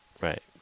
Right